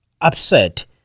upset